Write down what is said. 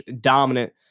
dominant